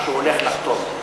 שהוא הולך לחתום.